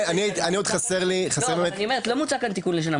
עוד חסר לי --- אני אומרת שלא מוצע כאן תיקון לשנה,